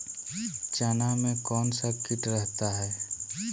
चना में कौन सा किट रहता है?